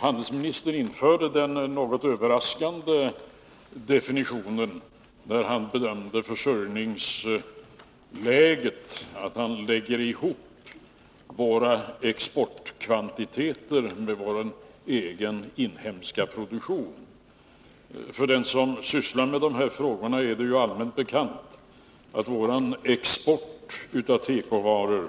Herr talman! När handelsministern bedömde försörjningsläget lade han något överraskande ihop våra exportkvantiteter med vår egen, inhemska produktion. För den som sysslar med dessa frågor är det bekant att vår export av tekovaror